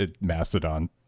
mastodon